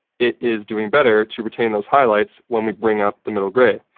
it is doing better to retain those highlights when we bring up the middle grey.